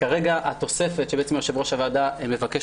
כרגע התוספת שיושב-ראש הוועדה מבקש